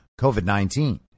COVID-19